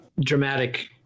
dramatic